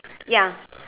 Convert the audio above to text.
ya